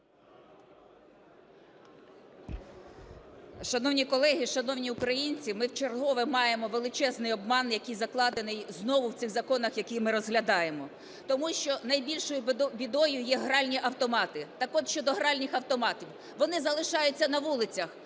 Шановні колеги, шановні українці, ми вчергове маємо величезний обман, який закладений знову в цих законах, які ми розглядаємо. Тому що найбільшою бідою є гральні автомати. Так от, щодо гральних автоматів: вони залишаються на вулицях,